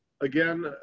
again